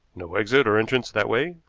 no exit or entrance that way,